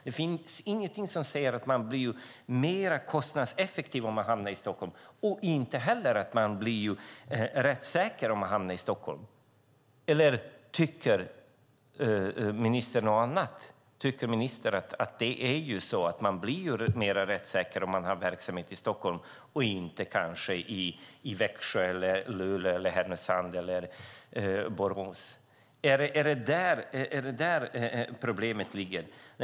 Det finns ingenting som säger att förvaltningen blir mer kostnadseffektiv om den förläggs till Stockholm, inte heller att verksamheten blir mer rättssäker i Stockholm. Tycker ministern något annat? Tycker ministern att verksamheten blir mer rättssäker i Stockholm än i Växjö, Luleå, Härnösand eller Borås? Är det där problemet ligger?